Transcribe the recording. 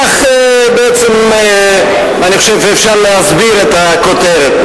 כך בעצם אני חושב אפשר להסביר את הכותרת.